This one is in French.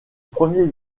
premier